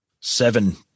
Seven